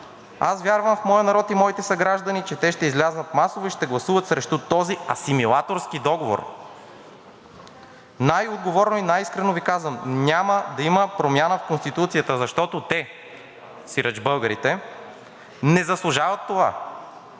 аз вярвам в моя народ и моите съграждани, че те ще излязат масово и ще гласуват срещу този асимилаторски договор. Най-отговорно и най-искрено Ви казвам: няма да има промяна в Конституцията, защото те, сиреч българите, не заслужават това,